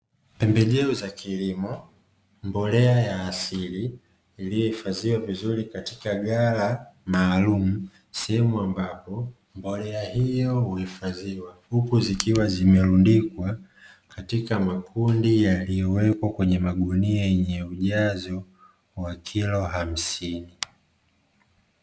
Pembejeo za kilimo, mbolea ya asili iliyohifadhiwa vizuri katika ghala maalumu. Sehemu ambapo mbolea hiyo huhifadhiwa, huku zikiwa zimerundikwa katika makundi yaliyowekwa kwenye magunia yenye ujazo wa kilo hamsini.